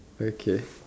okay